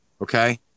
Okay